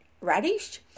radish